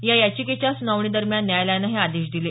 यायाचिकेच्या सुनावणी दरम्यानं न्यायालयानं हे आदेश दिले